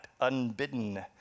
Unbidden